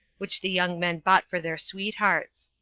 which the young men bought for their sweethearts.